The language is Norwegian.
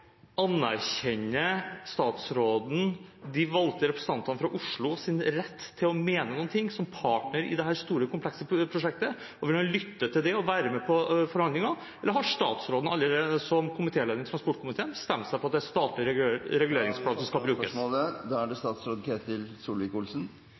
Anerkjenner statsråden de valgte representantene fra Oslos rett til å mene noe som partner i dette store og komplekse prosjektet, og vil han lytte til dem og være med på forhandlingene, eller har statsråden – som lederen i transportkomiteen – allerede bestemt seg for at det er statlig reguleringsplan som skal brukes? Til spørsmålet: Det er